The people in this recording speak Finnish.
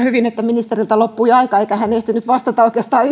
hyvin että ministeriltä loppui aika eikä hän ehtinyt vastata oikeastaan